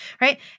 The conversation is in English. Right